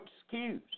excuse